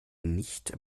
nicht